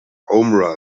home